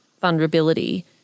vulnerability